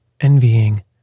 envying